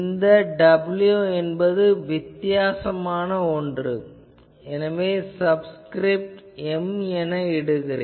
இந்த w என்பது வித்தியாசமான ஒன்று எனவே சப்ஸ்கிரிப்ட் m என இடுகிறேன்